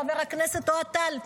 חבר הכנסת אוהד טל,